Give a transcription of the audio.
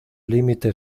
límite